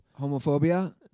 Homophobia